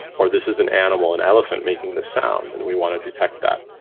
or this is an animal, an elephant making the sound, and we want to detect that.